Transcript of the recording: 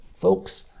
folks